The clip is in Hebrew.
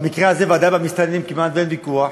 במקרה הזה ודאי, באשר למסתננים כמעט אין ויכוח.